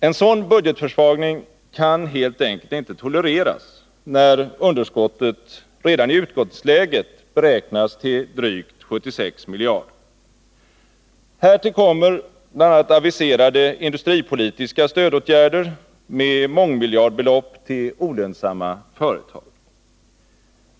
En sådan budgetförsvagning kan helt enkelt inte tolereras, när underskottet redan i utgångsläget beräknas till drygt 76 miljarder. Härtill kommer bl.a. aviserade industripolitiska stödåtgärder med mångmiljardbelopp till olönsamma företag.